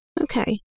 Okay